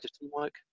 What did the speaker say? Teamwork